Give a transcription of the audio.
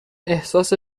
احساس